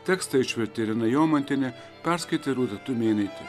tekstą išvertė irena jomantienė perskaitė rūta tumėnaitė